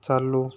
चालू